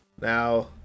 Now